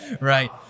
Right